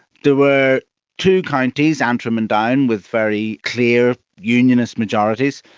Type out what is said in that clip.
there were two counties, antrim and down, with very clear unionist majorities.